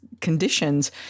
conditions